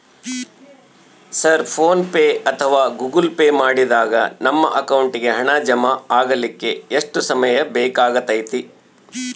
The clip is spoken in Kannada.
ಸರ್ ಫೋನ್ ಪೆ ಅಥವಾ ಗೂಗಲ್ ಪೆ ಮಾಡಿದಾಗ ನಮ್ಮ ಅಕೌಂಟಿಗೆ ಹಣ ಜಮಾ ಆಗಲಿಕ್ಕೆ ಎಷ್ಟು ಸಮಯ ಬೇಕಾಗತೈತಿ?